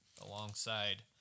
alongside